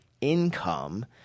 income